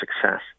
success